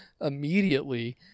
immediately